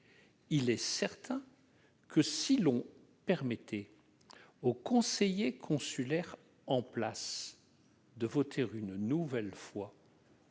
terme normal ». Or si l'on permettait aux conseillers consulaires en place de voter une nouvelle fois